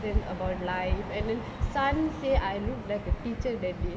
then about life and then sun say I look like a teacher that day